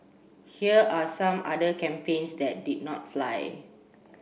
here are some other campaigns that did not fly